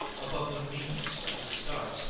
above the meanness of disguise,